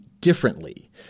differently